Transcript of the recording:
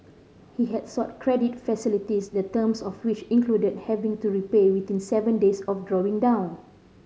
he had sought credit facilities the terms of which included having to repay within seven days of drawing down